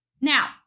Now